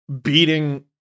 beating